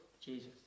Jesus